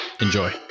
Enjoy